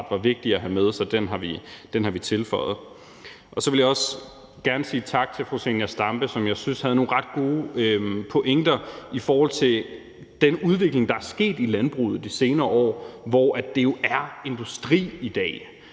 var vigtig at have med, så den har vi tilføjet. Så vil jeg også gerne sige tak til fru Zenia Stampe, som jeg synes havde nogle ret gode pointer om den udvikling, der er sket i landbruget de senere år, hvor det jo er industri i dag,